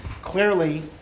clearly